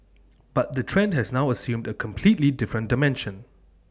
but the trend has now assumed A completely different dimension